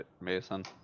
Mason